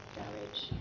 garage